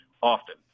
often